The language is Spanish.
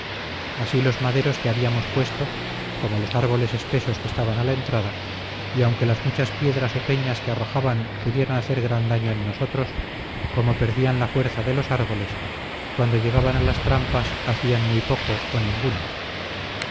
así los maderos que habíamos puesto como los árboles espesos que estaban a la entrada y aunque las muchas piedras o peñas que arrojaban pudieran hacer gran daño en nosotros como perdían la fuerza de los árboles cuando llegaban a las trampas hacían muy poco o ninguno